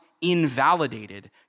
invalidated